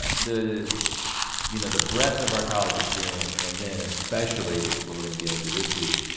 ah the you know the breadth of our college experience. and then especially, which is what we're gonna get into this week.